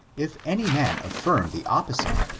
if any man affirm the opposite,